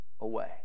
away